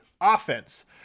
Offense